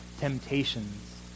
temptations